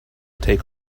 take